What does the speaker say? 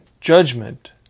Judgment